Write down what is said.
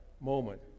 moment